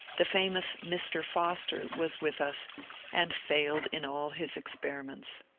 the famous mr. foster was with us and failed in all his experiments.